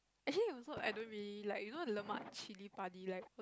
actually I also I don't really like you know the lemak chili padi right